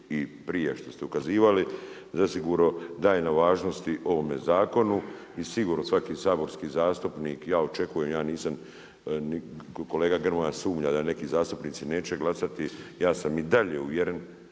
i prije što ste ukazivali zasigurno daje na važnosti ovome zakonu i sigurno svaki saborski zastupnik, ja očekuje, ja nisam ni kolega Grmoja sumnja da neki zastupnici neće glasati, ja sa mi dalje uvjeren